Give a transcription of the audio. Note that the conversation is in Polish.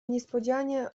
niespodzianie